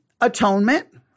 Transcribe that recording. atonement